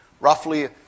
roughly